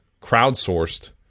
crowdsourced